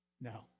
No